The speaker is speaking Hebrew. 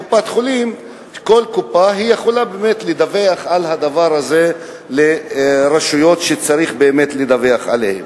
וכל קופה יכולה לדווח על הדבר הזה לרשויות שצריך לדווח להן.